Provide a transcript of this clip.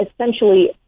essentially